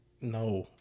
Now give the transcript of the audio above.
No